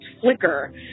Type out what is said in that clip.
flicker